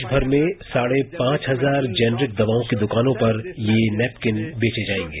देराभर में साढ़े पांच हजार जेनेरिक दवाओं की दुकानों पर ये नेपकिन बेचे जाएंगे